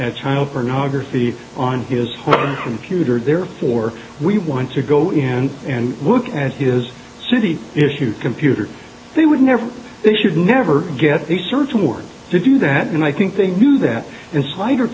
at child pornography on his computer therefore we want to go in and look at his city issue computer they would never they should never get a search warrant to do that and i think they knew that